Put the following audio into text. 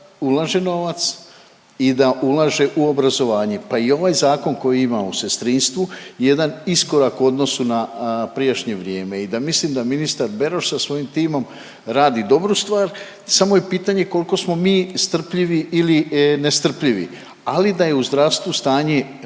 ulaže novac i da ulaže u obrazovanje. Pa i ovaj zakon koji ima o sestrinstvu je jedan iskorak u odnosu na prijašnje vrijeme i da mislim da ministar Beroš sa svojim timom radi dobru stvar samo je pitanje koliko smo mi strpljivi ili nestrpljivi ali da je u zdravstvu stanje